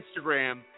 Instagram